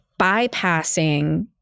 bypassing